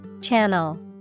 Channel